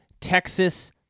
Texas